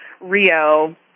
Rio